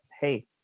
hey